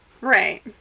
right